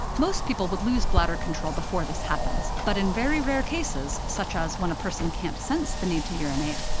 most people would lose bladder control before this happens, but in very rare cases, such as when as a person can't sense the need to urinate,